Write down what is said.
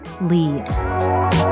lead